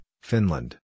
Finland